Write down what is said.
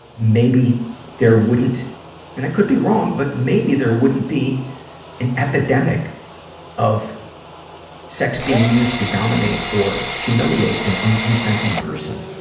maybe there wouldn't and i could be wrong. but maybe there wouldn't be an epidemic of sex being used to dominate or humiliate an unconsenting person.